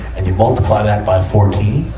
and you multiply that by fourteen,